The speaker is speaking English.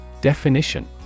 Definition